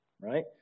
right